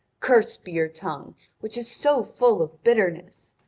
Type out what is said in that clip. cursed be your tongue which is so full of bitterness!